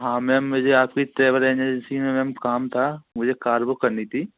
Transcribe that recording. हाँ मैम मुझे आपकी ट्रेवल एजेंसी में मैम काम था मुझे एक कार्गो करनी थी